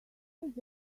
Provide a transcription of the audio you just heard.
does